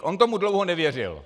On tomu dlouho nevěřil.